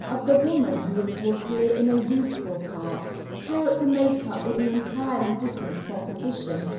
of the woman who is to appear in a youthful part character makeup is an entirely different proposition,